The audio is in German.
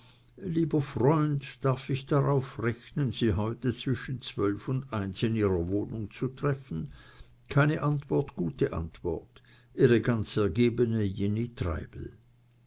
lieber freund darf ich darauf rechnen sie heute zwischen zwölf und eins in ihrer wohnung zu treffen keine antwort gute antwort ihre ganz ergebene jenny treibel